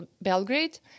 Belgrade